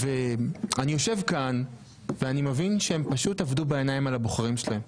אני יושב כאן ואני מבין שהם פשוט עבדו בעיניים על הבוחרים שלהם.